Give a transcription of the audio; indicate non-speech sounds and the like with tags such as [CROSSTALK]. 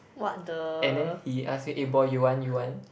what the [LAUGHS]